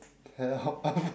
then how